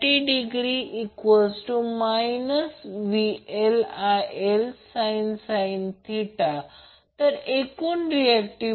तर √ 1 30 मिळाले आणि हे किलोवॅटमध्ये आहे आणि हे √ 3 240 किलोवोल्ट 0